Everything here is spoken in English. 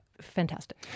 fantastic